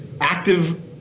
active